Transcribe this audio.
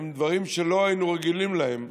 הם דברים שלא היינו רגילים להם.